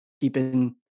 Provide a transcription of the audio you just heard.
keeping